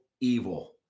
evil